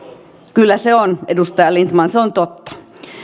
kyllä se on edustaja lindtman se on totta